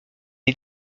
est